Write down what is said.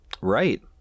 Right